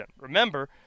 Remember